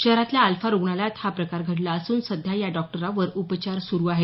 शहरातल्या अल्फा रुग्णालयात हा प्रकार घडला असून सध्या या डॉक्टरांवर उपचार सुरू आहेत